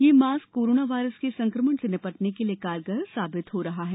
यह mask corona virus के संक्रमण से निपटने के लिए कार र साबित हो रहा है